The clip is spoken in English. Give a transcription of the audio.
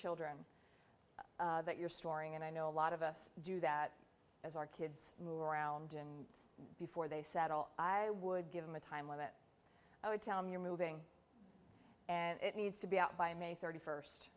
children that you're storing and i know a lot of us do that as our kids move around and before they settle i would give them a time limit i would tell them you're moving and it needs to be out by may thirty first